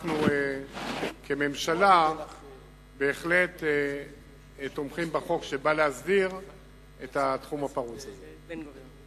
אנחנו כממשלה בהחלט תומכים בחוק שבא להסדיר את התחום הפרוץ הזה.